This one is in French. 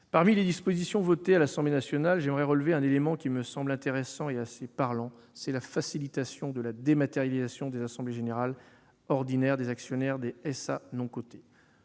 Parmi les mesures adoptées par l'Assemblée nationale, j'aimerais relever un élément qui me semble intéressant et assez parlant : la facilitation de la dématérialisation des assemblées générales ordinaires des actionnaires des sociétés